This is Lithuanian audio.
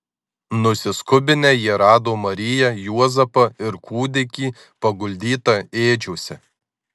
nusiskubinę jie rado mariją juozapą ir kūdikį paguldytą ėdžiose